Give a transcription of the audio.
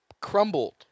crumbled